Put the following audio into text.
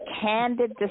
candid